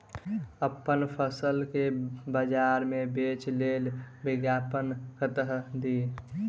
अप्पन फसल केँ बजार मे बेच लेल विज्ञापन कतह दी?